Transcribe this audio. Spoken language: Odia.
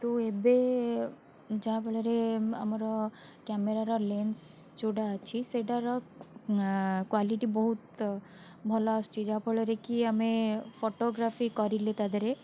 କିନ୍ତୁ ଏବେ ଯାହାଫଳରେ ଆମର କ୍ୟାମେରାର ଲେନ୍ସ ଯେଉଁଟା ଅଛି ସେଇଟାର କ୍ୱାଲିଟି ବହୁତ ଭଲ ଆସୁଛି ଯାହାଫଳରେ କି ଆମେ ଫୋଟୋଗ୍ରାଫୀ କରିଲେ ତା'ଦେହରେ